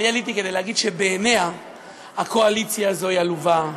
אני עליתי כדי להגיד שבעיניה הקואליציה הזאת היא עלובה,